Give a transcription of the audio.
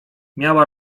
miała